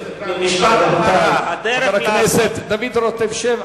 חבר הכנסת דוד רותם, שב.